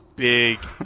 Big